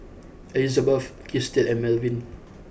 Elizabet Christian and Melvin